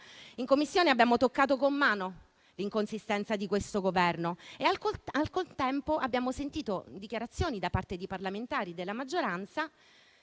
In Commissione abbiamo toccato con mano l'inconsistenza di questo Governo e al contempo abbiamo sentito dichiarazioni da parte di parlamentari della maggioranza